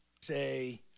Say